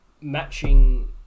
matching